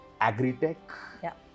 agri-tech